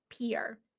peer